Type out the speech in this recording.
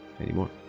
anymore